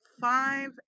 five